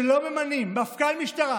הפתעה, הרסו את המערכת,